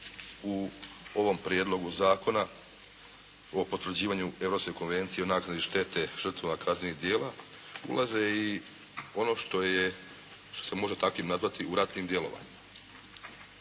u ovom Prijedlogu zakona o potvrđivanju Europske konvencije o naknadi štete žrtvama kaznenih djela ulaze i ono što je, što se može takvim nazvati, u ratnim djelovanjem.